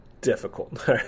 difficult